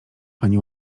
pani